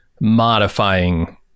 modifying